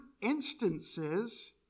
instances